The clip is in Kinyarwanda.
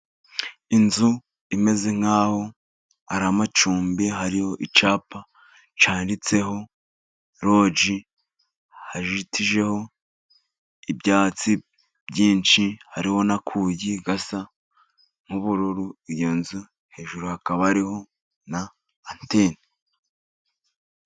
Inzu imeze nkaho ari amacumbi, hariho icyapa cyanditseho roji, hajitijweho ibyatsi byinshi, harimo n'akugi gasa nk'ubururu. Iyo nzu hejuru hakaba ariho na anteni.